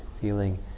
feeling